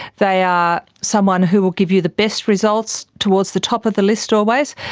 they are someone who will give you the best results, towards the top of the list always,